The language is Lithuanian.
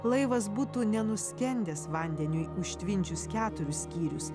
laivas būtų nenuskendęs vandeniui užtvindžius keturis skyrius